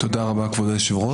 תודה רבה כבוד היושב ראש.